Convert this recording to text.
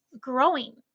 growing